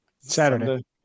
Saturday